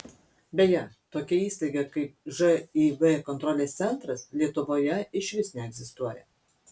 beje tokia įstaiga kaip živ kontrolės centras lietuvoje išvis neegzistuoja